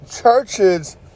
Churches